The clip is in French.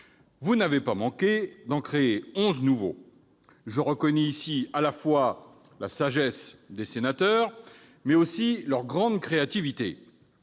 vous n'avez pas manqué d'en créer 11 nouveaux. Je reconnais là non seulement la sagesse des sénateurs, mais aussi leur grande créativité.